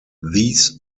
these